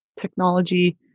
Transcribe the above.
technology